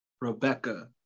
Rebecca